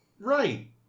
Right